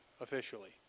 officially